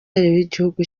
w’igihugu